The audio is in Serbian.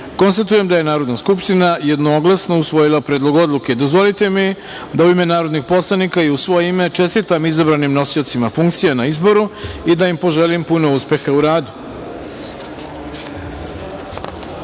171.Konstatujem da je Narodna skupština jednoglasno usvojila Predlog odluke. Dozvolite mi da u ime narodnih poslanika i u svoje ime čestitam izabranim nosiocima funkcije na izboru i da im poželim puno uspeha u radu. Treća